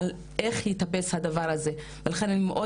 על איך ייתפס הדבר הזה ולכן אני מאוד